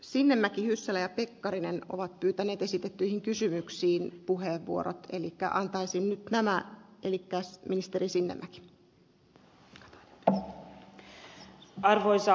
sinnemäki hyssälä pekkarinen ovat pyytäneet esitettyihin kysymyksiin puheenvuoro kieli ja antaisi elämää elikkä arvoisa puhemies